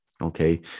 Okay